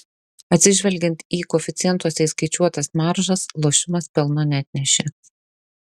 atsižvelgiant į koeficientuose įskaičiuotas maržas lošimas pelno neatnešė